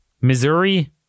Missouri